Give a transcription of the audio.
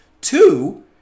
Two